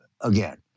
again